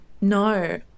No